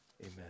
amen